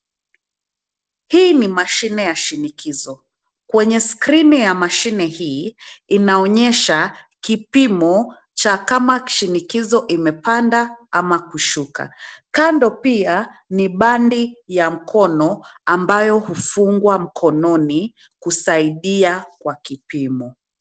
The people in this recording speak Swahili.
Hii ni mashine ya shinikizo. Kwenye skrini ya mashine hii, inaonyesha kipimo cha kama shinikizo imepanda ama kushuka. Kando pia, ni bandi ya mkono ambayo hufungwa mkononi kusaidia kwa kipimo.